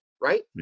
right